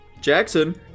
Jackson